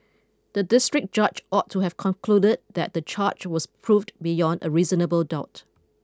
the district judge ought to have concluded that the charge was proved beyond a reasonable doubt